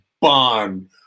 bond